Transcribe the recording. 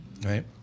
right